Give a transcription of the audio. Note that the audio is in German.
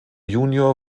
junior